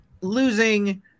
losing